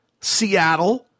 Seattle